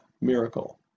miracle